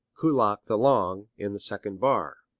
kullak the long, in the second bar.